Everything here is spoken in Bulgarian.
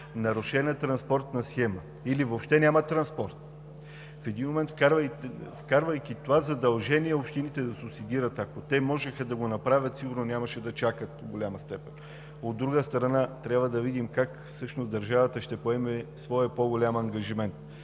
нарушена транспортна схема или въобще нямат транспорт. В един момент, вкарвайки това задължение общините да субсидират, ако те можеха да го направят, в голяма степен сигурно нямаше да чакат. От друга страна, трябва да видим как всъщност държавата ще поеме своя по-голям ангажимент.